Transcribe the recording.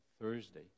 Thursday